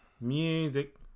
music